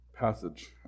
passage